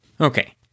Okay